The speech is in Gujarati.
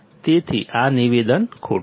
તેથી આ નિવેદન ખોટું છે